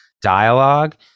dialogue